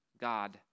God